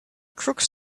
crooks